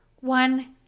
One